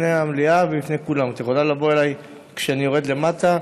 בפני המליאה ובפני כולם: את יכולה לבוא אליי כשאני יורד למטה,